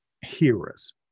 Hearers